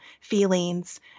feelings